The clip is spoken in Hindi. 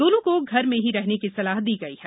दोनों को घर में ही रहने की सलाह दी गई है